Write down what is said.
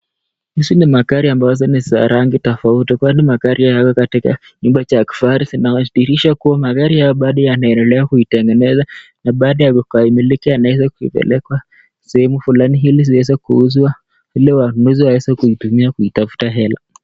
Hizi ni magari ambazo ni za rangi tofauti kwani magari hayo yako nyumba za kifahari zinadhihirisha kuwa magari hayo bado yanaendelea na baada ya kukamilika yanapelekwa sehemu fulani ili ziwezwe kuuzwa ili wanunuzi waweze kutumia kuitafuta hela.